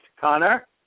Connor